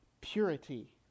purity